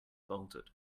bolted